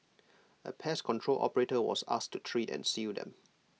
A pest control operator was asked to treat and seal them